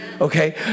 okay